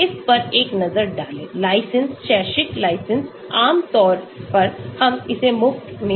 तो इस पर एक नज़र डाले लाइसेंस शैक्षिक लाइसेंस आमतौर पर हम इसे मुफ्त में देते हैं